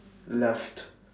left